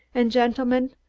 and, gentlemen,